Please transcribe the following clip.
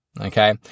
okay